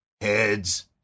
heads